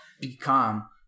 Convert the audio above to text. become